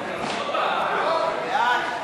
להתחדשות עירונית,